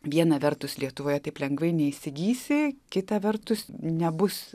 vieną vertus lietuvoje taip lengvai neįsigysi kita vertus nebus